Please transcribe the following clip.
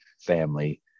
family